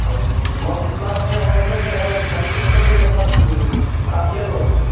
और इस बार अपने यहाँ मौसम जो है वो धान के फसल में भी अच्छा साथ दिया लोगों का